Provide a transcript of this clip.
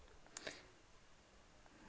Amazon सऽ या मिसो सऽ